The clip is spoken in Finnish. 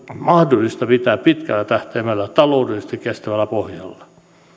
mahdollista pitää pitkällä tähtäimellä taloudellisesti kestävällä pohjalla